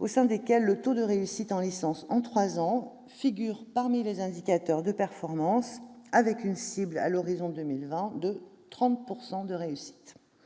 au sein desquels le taux de réussite en licence en trois ans figure parmi les indicateurs de performance, avec une cible, à l'horizon 2020, de 30 %...